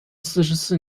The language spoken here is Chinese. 四十四